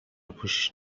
پوشش